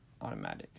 automatic